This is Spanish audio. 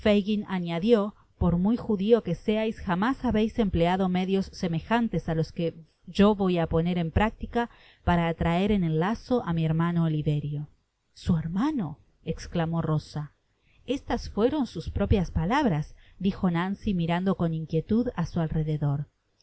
por muy judio que seais jamás habeis empleado medios semejantes á los que yo voy á poner en práctica para atraer en el lazo á mi hermano oliverio su hermano esclamó rosa estas fueron sus propias palabras dijo nancy mirando con inquietud á su alrededor